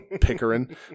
Pickering